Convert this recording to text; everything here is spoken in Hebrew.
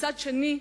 ומצד שני,